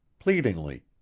pleadingly